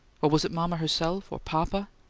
or was it mama herself or papa?